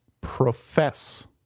profess